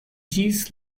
ĝis